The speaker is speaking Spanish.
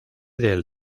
del